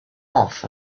off